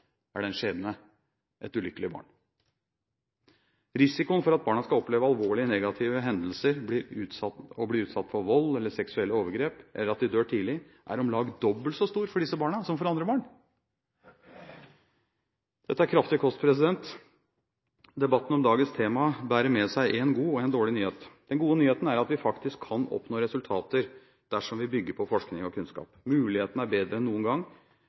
er det en skjebne – et ulykkelig barn. Risikoen for at barna skal oppleve alvorlige negative hendelser og bli utsatt for vold eller seksuelle overgrep, eller at de dør tidlig, er om lag dobbelt så stor for disse barna som for andre barn. Dette er kraftig kost. Debatten om dagens tema bærer med seg en god og en dårlig nyhet. Den gode nyheten er at vi faktisk kan oppnå resultater dersom vi bygger på forskning og kunnskap. Mulighetene er bedre enn noen gang